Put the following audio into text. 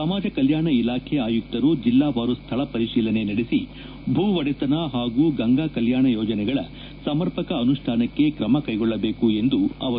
ಸಮಾಜ ಕಲ್ಕಾಣ ಇಲಾಖೆ ಆಯುಕ್ತರು ಜಿಲ್ಲಾವಾರು ಸ್ವಳ ಪರಿಶೀಲನೆ ನಡೆಸಿ ಭೂ ಒಡೆತನ ಹಾಗೂ ಗಂಗಾ ಕಲ್ಯಾಣ ಯೋಜನೆಗಳ ಸಮರ್ಪಕ ಅನುಷ್ಟಾನಕ್ಕೆ ಕ್ರಮ ಕೈಗೊಳ್ಳಬೇಕು ಎಂದರು